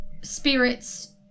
spirits